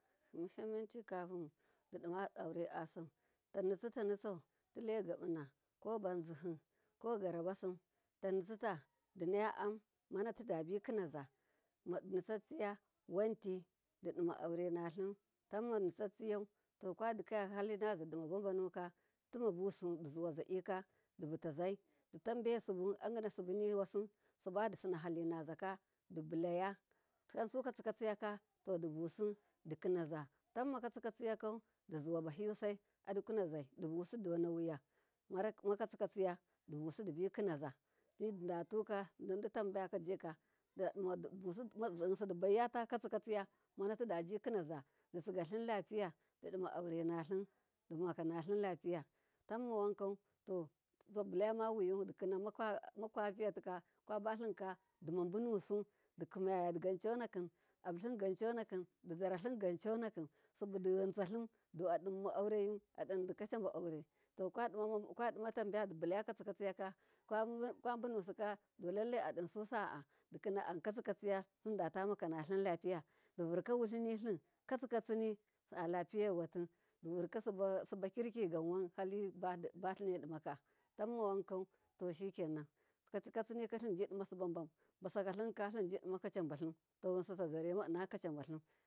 Muhimmaci kahundima aure asim tanitsitanitsau kile hegabina ko banzihi kogarabasim tanitsita dina ya am manatidabi kinaza nitsatstiya wanti dima aure natlim, tamma nitsatstsiyau kwadikaya halinaza dima banuka timabusu diwa zadika dibutazai ditambe sibu aginasibumwasi, sibadisinahalinaza ka dibilaya tansu katsikatsiyaka dibusi dikinaa tamma katsikatsiyakau dizuwaba hiyusadikanazai dibusu dona wiya, makatsika tsiya dibusi dibikinaza mididatuka ditamba yakajika didimau yinsi dibaiya katsikatsiya munatidabi kinaza ditsigatlilipiya duna aure natlim dimakanatlim lapiya tammawanka, to fabuyawiyu dikinamakwa piyatika kwabatlinka dima bunusu dikaya gancinaki abutlin gan conaki dizaratlin ga conakin sibudiyintsatlim duadimma aureyu adindi kacaba aure, to kwadima tambaya dibulaya katsikatsiyaka kwabunusi ka dulailai adinsu saa dikina am katsikatsiya talimdata makanatlim lapiya, divurka wutlinitlim katsikatsini alapiyewati divurkasiba kirki ganwan halibatlinedimaka tlimmawankau to shikena katsikatsikatlinjidimahambam basakatlinka tlinsinima tlin to yinsi tazama basakatlin.